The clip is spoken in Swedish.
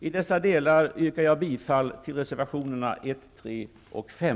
I dessa delar yrkar jag bifall till reservationerna 1, 3 och 5.